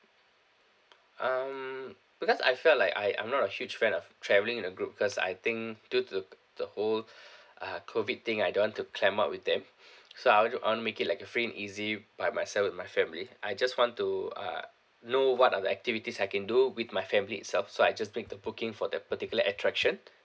um because I felt like I I'm not a huge fan of travelling in a group cause I think due to the whole uh COVID thing I don't want to clump up with them so I will ju~ I want to make it like a free and easy by myself and my family I just want to uh know what are the activities I can do with my family itself so I just make the booking for that particular attraction